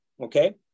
okay